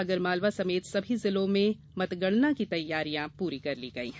आगरमालवाविदिशा सहित सभी जिलों में मतगणना की तैयारियां पूरी कर ली गई है